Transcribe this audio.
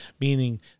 meaning